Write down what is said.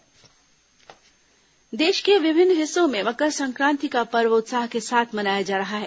मकर संक्रांति देश के विभिन्न हिस्सों में मकर संक्रांति का पर्व उत्साह के साथ मनाया जा रहा है